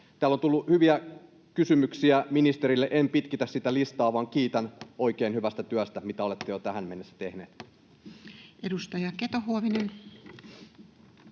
Täällä on tullut hyviä kysymyksiä ministerille. En pitkitä sitä listaa, vaan kiitän oikein hyvästä työstä, mitä olette jo tähän mennessä tehnyt. [Speech 314] Speaker: